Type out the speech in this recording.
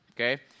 okay